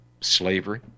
slavery